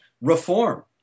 reform